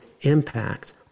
impact